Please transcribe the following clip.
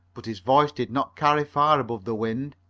but his voice did not carry far above the wind.